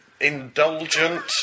indulgent